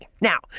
Now